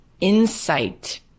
insight